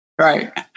Right